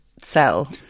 sell